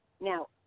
now